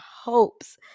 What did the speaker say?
hopes